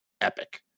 Epic